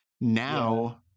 Now